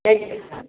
thank you sir